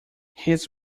his